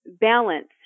balance